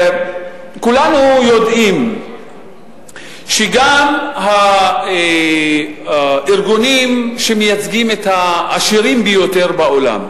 כולנו יודעים שגם הארגונים שמייצגים את העשירים ביותר בעולם,